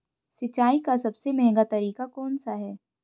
सिंचाई का सबसे महंगा तरीका कौन सा है?